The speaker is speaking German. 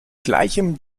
gleichem